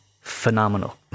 phenomenal